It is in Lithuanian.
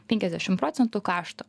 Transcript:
penkiasdešim procentų kašto